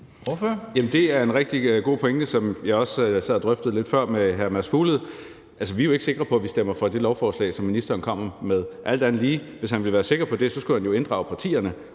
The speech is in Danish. det er en rigtig god pointe, som jeg også sad og drøftede lidt før med hr. Mads Fuglede. Vi er jo ikke sikre på, at vi stemmer for det lovforslag, som ministeren kommer med. Alt andet lige: Hvis han ville være sikker på det, skulle han jo inddrage partierne,